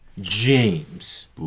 James